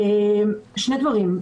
שני דברים.